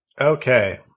Okay